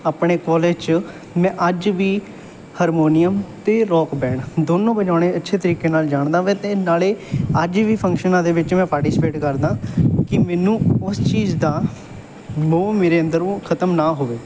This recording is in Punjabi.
ਆਪਣੇ ਕੋਲੇਜ 'ਚ ਮੈਂ ਅੱਜ ਵੀ ਹਰਮੋਨੀਅਮ ਤੇ ਰੋਕ ਬੈਂਡ ਦੋਨੋਂ ਵਜਾਉਣੇ ਅੱਛੇ ਤਰੀਕੇ ਨਾਲ ਜਾਣਦਾ ਹਾਂ ਅਤੇ ਨਾਲੇ ਅੱਜ ਵੀ ਫ਼ੰਕਸ਼ਨਾਂ ਦੇ ਵਿੱਚ ਮੈਂ ਪਾਰਟੀਸੀਪੇਟ ਕਰਦਾ ਕਿ ਮੈਨੂੰ ਉਸ ਚੀਜ਼ ਦਾ ਮੋਹ ਮੇਰੇ ਅੰਦਰੋਂ ਖ਼ਤਮ ਨਾ ਹੋਵੇ